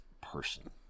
person